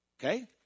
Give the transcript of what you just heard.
Okay